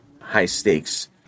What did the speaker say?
high-stakes